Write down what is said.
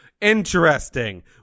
interesting